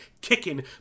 kicking